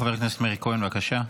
חבר הכנסת מאיר כהן, בבקשה.